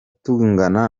tungana